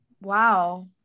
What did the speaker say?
Wow